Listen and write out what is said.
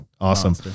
Awesome